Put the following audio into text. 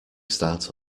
start